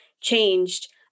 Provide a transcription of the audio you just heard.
changed